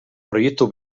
proiektu